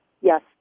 Yes